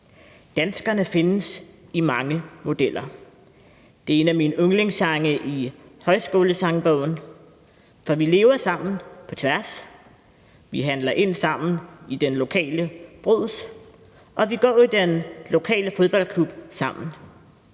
»Danskerne findes i mange modeller« er en af mine yndlingssange i Højskolesangbogen. For vi lever sammen på tværs, vi handler ind sammen i den lokale Brugs, og vi går i den lokale fodboldklub sammen,